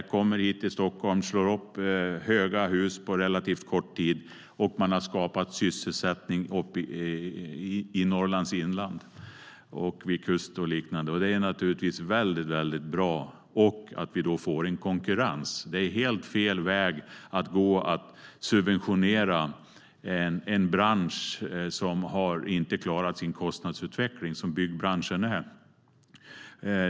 De kommer hit till Stockholm och slår upp höga hus på relativt kort tid. Man har skapat sysselsättning i Norrlands inland och vid kusten. Det är naturligtvis väldigt bra. Vi får också en konkurrens. Det är helt fel väg att gå att subventionera en bransch som inte har klarat sin kostnadsutveckling, vilket är fallet med byggbranschen.